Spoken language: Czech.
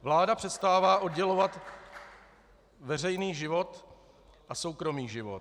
Vláda přestává oddělovat veřejný život a soukromý život.